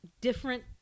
different